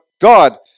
god